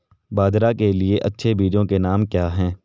बाजरा के लिए अच्छे बीजों के नाम क्या हैं?